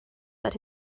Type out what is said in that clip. that